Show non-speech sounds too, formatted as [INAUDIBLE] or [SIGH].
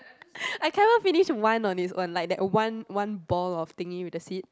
[LAUGHS] I cannot finish one on it's own like that one one ball of thingy with the seed